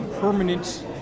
permanent